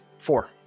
Four